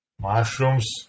mushrooms